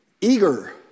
eager